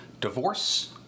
divorce